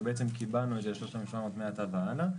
בעצם קיבענו את זה ל-3,700 מעתה והלאה.